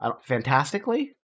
Fantastically